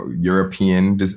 European